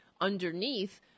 underneath